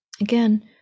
Again